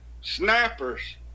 snappers